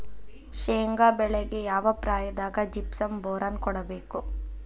ಶೇಂಗಾ ಬೆಳೆಗೆ ಯಾವ ಪ್ರಾಯದಾಗ ಜಿಪ್ಸಂ ಬೋರಾನ್ ಕೊಡಬೇಕು?